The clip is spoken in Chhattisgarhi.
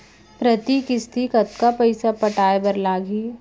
प्रति किस्ती कतका पइसा पटाये बर लागही?